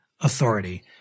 authority